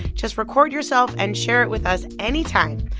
just record yourself, and share it with us anytime.